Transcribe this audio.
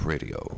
Radio